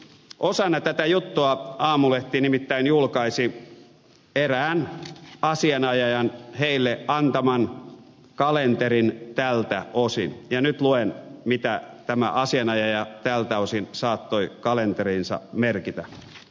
osana tätä juttua aamulehti nimittäin julkaisi erään asianajajan heille antaman kalenterin tältä osin ja nyt luen mitä tämä asianajaja tältä osin saattoi kalenteriinsa merkitä